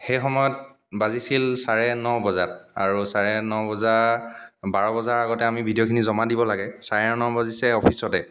সেই সময়ত বাজিছিল চাৰে ন বজাত আৰু চাৰে ন বজাৰ বাৰ বজাৰ আগতে আমি ভিডিঅ'খিনি জমা দিব লাগে চাৰে ন বাজিছে অফিচতে